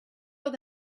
oedd